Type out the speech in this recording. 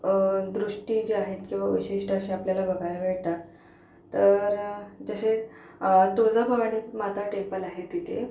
दृष्टी जे आहेत वैशिष्ट्ये अशी आपल्याला बघायला भेटतात तर जसे तुळजाभवानी माता टेम्पल आहे तिथे